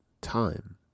time